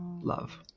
love